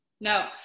No